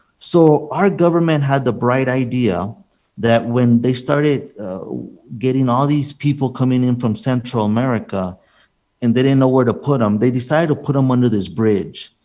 so our government had the bright idea that when they started getting all these people coming in from central america and they didn't know where to put them, they decided to put them under this bridge.